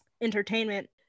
entertainment